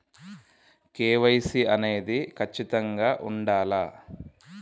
KYC అనేది ఖచ్చితంగా ఉండాలా?